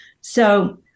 So-